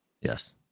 Yes